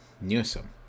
Newsom